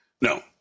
no